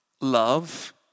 love